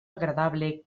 agradable